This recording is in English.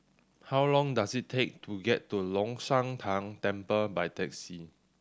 how long does it take to get to Long Shan Tang Temple by taxi